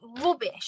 rubbish